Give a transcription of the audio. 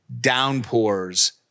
downpours